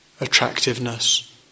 attractiveness